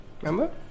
Remember